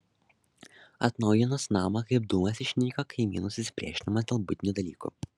atnaujinus namą kaip dūmas išnyko kaimynų susipriešinimas dėl buitinių dalykų